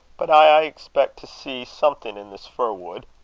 but i aye expeck to see something in this fir-wood.